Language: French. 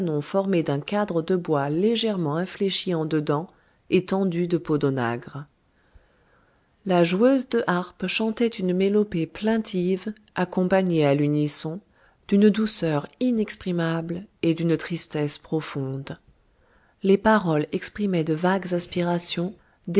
formé d'un cadre de bois légèrement infléchi en dedans et tendu de peau d'onagre la joueuse de harpe chantait une mélopée plaintive accompagnée à l'unisson d'une douceur inexprimable et d'une tristesse profonde les paroles exprimaient de vagues aspirations des